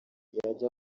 yajya